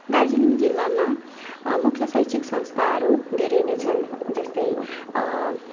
दार्जिलिङ जिल्लामा मुख्य शैक्षिक संस्थाहरू धेरै नै छन् जस्तै